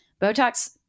Botox